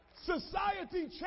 Society